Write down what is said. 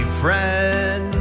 friend